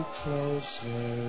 closer